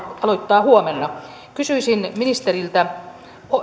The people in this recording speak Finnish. aloitetaan huomenna kysyisin ministeriltä